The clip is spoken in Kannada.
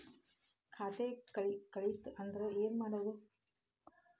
ಖಾತೆ ಕಳಿತ ಅಂದ್ರೆ ಏನು ಮಾಡೋದು?